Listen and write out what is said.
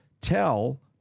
tell